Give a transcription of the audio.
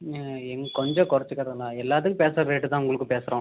எங்கள் கொஞ்சம் குறச்சிக்கிறதுங்ளா எல்லாத்துக்கும் பேசுகிற ரேட்டு தான் உங்களுக்கும் பேசுகிறோம்